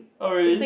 oh really